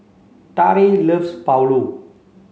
Trae loves Pulao